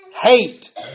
Hate